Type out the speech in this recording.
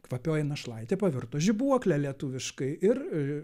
kvapioji našlaitė pavirto žibuokle lietuviškai ir